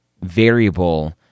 variable